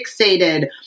fixated